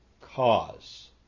cause